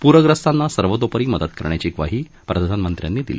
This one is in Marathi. पूर्यस्तांना सर्वोतोपरी मदत करण्याची ग्वाही प्रधानमंत्र्यांनी दिली